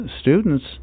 students